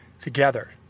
together